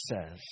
says